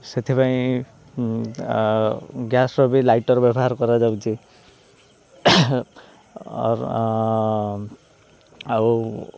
ସେଥିପାଇଁ ଗ୍ୟାସ୍ର ବି ଲାଇଟର୍ ବ୍ୟବହାର କରାଯାଉଛି ଆଉ